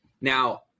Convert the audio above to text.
now